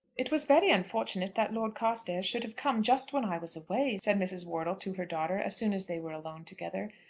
it was very unfortunate that lord carstairs should have come just when i was away, said mrs. wortle to her daughter as soon as they were alone together.